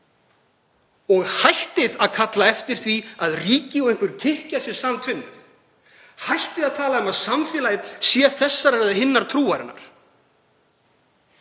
og hættið að kalla eftir því að ríki og einhver kirkja séu samtvinnuð. Hættið að tala um að samfélagið sé þessarar eða hinnar trúarinnar.